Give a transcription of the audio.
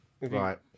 Right